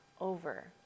over